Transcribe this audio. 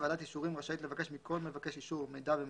(ו) ועדת אישורים רשאית לבקש מכל מבקש אישור מידע ומסמכים,